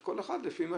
אז כל אחד לפי מה